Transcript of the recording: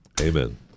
Amen